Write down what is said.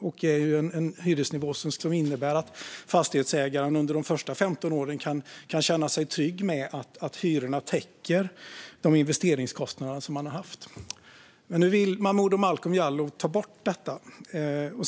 Det är en hyresnivå som innebär att fastighetsägaren under de första 15 åren kan känna sig trygg med att hyrorna täcker de investeringskostnader som man har haft. Nu vill Momodou Malcolm Jallow ta bort detta.